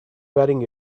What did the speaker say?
wearing